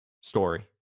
story